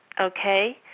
okay